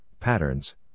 Patterns